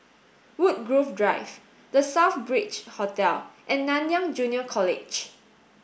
Woodgrove Drive The Southbridge Hotel and Nanyang Junior College